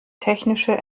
technische